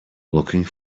looking